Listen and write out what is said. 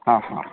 ହଁ ହଁ